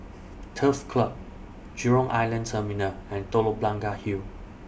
Turf Club Jurong Island Terminal and Telok Blangah Hill